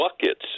buckets